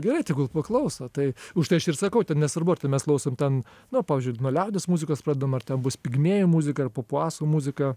gerai tegul paklauso tai užtai aš ir sakau ten nesvarbu ar tai mes klausom ten nu pavyzdžiui nuo liaudies muzikos pradem ar ten bus pigmėjų muzika ar papuasų muzika